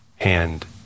hand